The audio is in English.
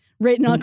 written